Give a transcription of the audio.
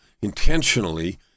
intentionally